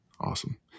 Awesome